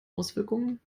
auswirkungen